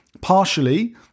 partially